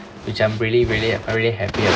which I'm really really really happy